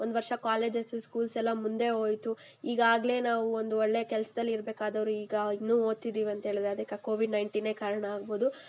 ಒಂದು ವರ್ಷ ಕಾಲೇಜಸ್ಸು ಸ್ಕೂಲ್ಸೆಲ್ಲ ಮುಂದೆ ಹೋಯಿತು ಈಗಾಗಲೇ ನಾವು ಒಂದು ಒಳ್ಳೆ ಕೆಲಸ್ದಲ್ಲಿ ಇರಬೇಕಾದವರು ಈಗ ಇನ್ನೂ ಓದ್ತಿದ್ದೀವಿ ಅಂತ ಹೇಳಿದರೆ ಅದಕ್ಕೆ ಆ ಕೋವಿಡ್ ನೈನ್ಟೀನೆ ಕಾರಣ ಆಗಬಹುದು